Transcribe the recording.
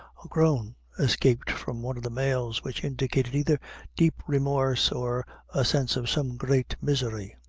a groan escaped from one of the males, which indicated either deep remorse or a sense of some great misery.